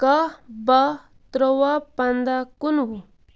کاہ باہ ترٛواہ پَنٛداہ کُنوُہ